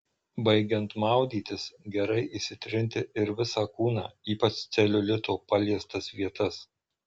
baigiant maudytis gerai išsitrinti ir visą kūną ypač celiulito paliestas vietas